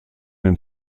den